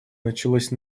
началось